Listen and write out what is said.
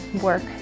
work